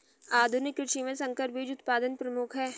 आधुनिक कृषि में संकर बीज उत्पादन प्रमुख है